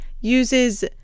uses